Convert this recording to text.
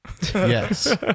Yes